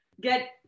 get